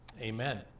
Amen